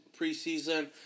preseason